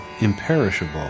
imperishable